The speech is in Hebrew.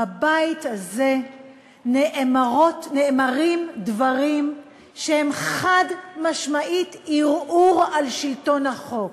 בבית הזה נאמרים דברים שהם חד-משמעית ערעור על שלטון החוק.